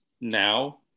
now